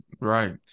right